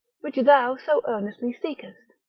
which thou so earnestly seekest.